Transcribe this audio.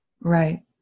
Right